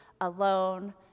alone